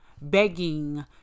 begging